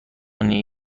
کنی